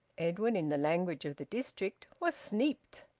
edwin, in the language of the district, was sneaped.